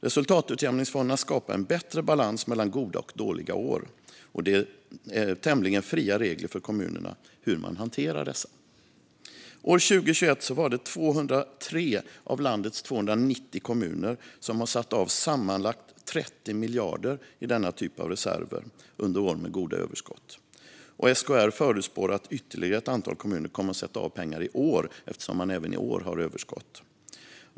Resultatutjämningsfonderna skapar en bättre balans mellan goda och dåliga år, och det är tämligen fria regler för kommunerna hur man hanterar dessa. År 2021 var det 203 av landets 290 kommuner som hade satt av sammanlagt 30 miljarder kronor i denna typ av reserver under år med goda överskott. Och SKR förutspår att ytterligare ett antal kommuner kommer att sätta av pengar i år, eftersom de har överskott även i år.